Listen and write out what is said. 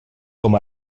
com